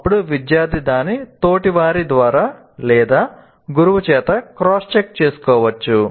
అప్పుడు విద్యార్థి దాన్ని తోటివారి ద్వారా లేదా గురువు చేత క్రాస్ చెక్ చేసుకోవచ్చు